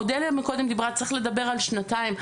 אודליה קודם דיברה, צריך לדבר על שנתיים.